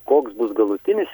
koks bus galutinis